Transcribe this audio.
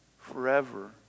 forever